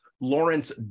Lawrence